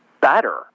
better